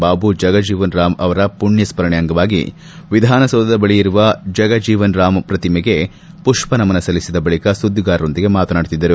ಬಾಬು ಜಗಜೀವನ್ ರಾಮ್ ಅವರ ಮಣ್ಣಸ್ಕರಣೆ ಅಂಗವಾಗಿ ವಿಧಾನಸೌಧದ ಬಳಿ ಇರುವ ಜಗಜೀವನ್ರಾಮ್ ಪ್ರತಿಮೆಗೆ ಮಷ್ಮ ನಮನ ಸಲ್ಲಿಸದ ಬಳಿಕ ಸುದ್ದಿಗಾರರೊಂದಿಗೆ ಮಾತನಾಡುತ್ತಿದ್ದರು